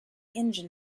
engine